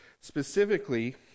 Specifically